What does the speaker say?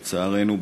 לצערנו,